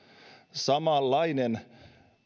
samanlainen